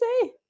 say